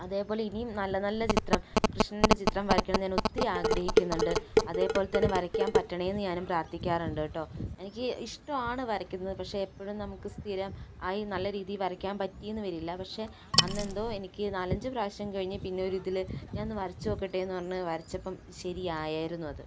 അതേപോലെ ഇനിയും നല്ല നല്ല ചിത്രം കൃഷ്ണൻ്റെ ചിത്രം വരയ്ക്കണം എന്ന് ഞാൻ ഒത്തിരി ആഗ്രഹിക്കിന്നുണ്ട് അതേപോലെ തന്നെ വരയ്ക്കാൻ പറ്റണേ എന്ന് ഞാനും പ്രാർത്ഥിക്കാറുണ്ട് കെട്ടോ എനിക്ക് ഇഷ്ടമാണ് വരയ്ക്കുന്നത് പക്ഷെ എപ്പഴും നമുക്ക് സ്ഥിരം ആയി നല്ല രീതിയിൽ വരയ്ക്കാൻ പറ്റി എന്ന് വരില്ല പക്ഷെ അന്നെന്തോ എനിക്ക് നാലഞ്ച് പ്രാവശ്യം കഴിഞ്ഞ് പിന്നൊരു ഇതില് ഞാനൊന്ന് വരച്ച് നോക്കട്ടെ എന്ന് പറഞ്ഞ് വരച്ചപ്പം ശരി ആയായിരുന്നു അത്